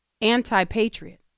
anti-patriot